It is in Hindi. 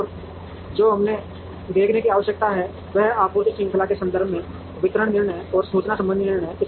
और जो हमें देखने की आवश्यकता है वह है आपूर्ति श्रृंखला के संदर्भ में वितरण निर्णय और सूचना संबंधी निर्णय